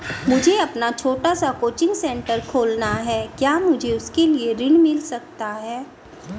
मुझे अपना छोटा सा कोचिंग सेंटर खोलना है क्या मुझे उसके लिए ऋण मिल सकता है?